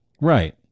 Right